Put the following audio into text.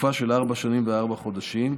לתקופה של ארבע שנים וארבעה חודשים.